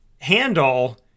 handle